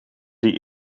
die